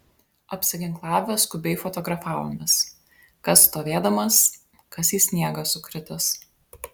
apsiginklavę skubiai fotografavomės kas stovėdamas kas į sniegą sukritęs